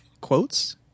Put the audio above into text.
quotes